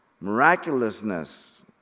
miraculousness